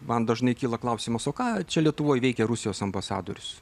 man dažnai kyla klausimas o ką čia lietuvoj veikia rusijos ambasadorius